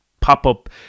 pop-up